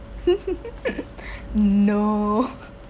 no